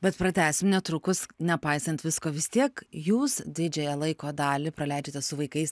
bet pratęsim netrukus nepaisant visko vis tiek jūs didžiąją laiko dalį praleidžiate su vaikais